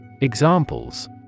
Examples